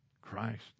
Christ